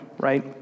right